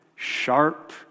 sharp